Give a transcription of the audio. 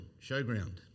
showground